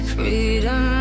Freedom